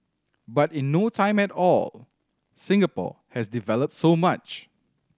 but in no time at all Singapore has developed so much